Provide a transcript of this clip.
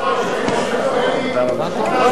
אדוני היושב-ראש,